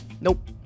Nope